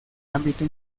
ámbito